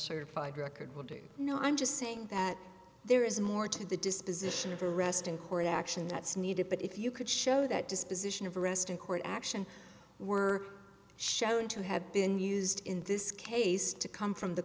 certified record with no i'm just saying that there is more to the disposition of arrest in court action that's needed but if you could show that disposition of arrest and court action were shown to have been used in this case to come from the